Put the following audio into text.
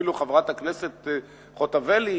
אפילו חברת הכנסת חוטובלי,